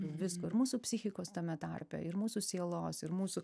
visko ir mūsų psichikos tame tarpe ir mūsų sielos ir mūsų